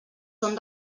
són